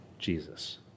Jesus